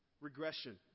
regression